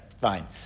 Fine